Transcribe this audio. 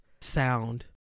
sound